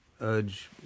urge